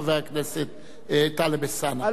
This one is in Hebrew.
אני שואל, הבנתי, הבנתי.